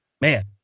man